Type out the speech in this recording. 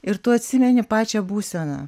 ir tu atsimeni pačią būseną